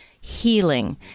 healing